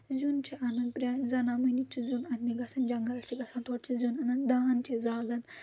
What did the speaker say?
زیُن چھُ اَنان پرٛانہِ زَنامٲنی چھِ زیُن اَننہِ گژھان جنٛگل چھِ گژھان تورٕ چھِ زیُن اَنان دان چھِ زالان